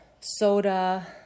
soda